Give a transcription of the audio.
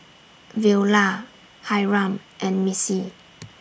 Veola Hyrum and Missie